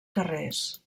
carrers